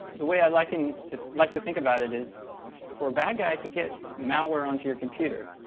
the way i like and to like to think about it is for a bad guy to get malware onto your computer,